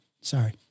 Sorry